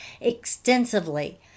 extensively